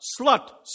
slut